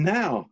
now